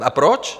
A proč?